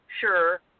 sure